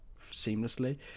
seamlessly